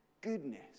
goodness